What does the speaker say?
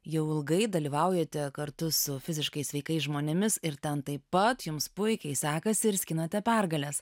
jau ilgai dalyvaujate kartu su fiziškai sveikais žmonėmis ir ten taip pat jums puikiai sekasi ir skinate pergales